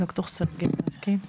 ד"ר סרגיי רסקין.